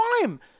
time